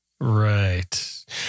Right